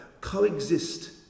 coexist